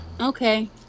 Okay